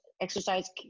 exercise